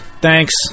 Thanks